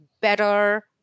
better